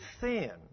sin